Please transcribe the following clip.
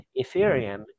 Ethereum